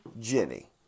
Jenny